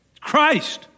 Christ